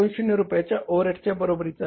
2 रुपयाच्या ओव्हरहेडच्या बरोबरीचा आहे